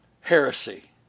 Heresy